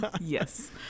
Yes